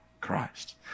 Christ